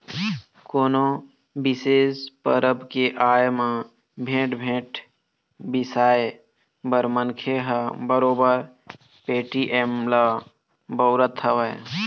कोनो बिसेस परब के आय म भेंट, भेंट बिसाए बर मनखे ह बरोबर पेटीएम ल बउरत हवय